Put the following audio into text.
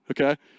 Okay